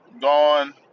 gone